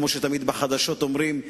כמו שתמיד בחדשות אומרים,